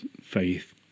faith